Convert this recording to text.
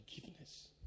forgiveness